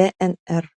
dnr